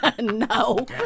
No